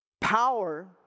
Power